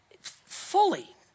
fully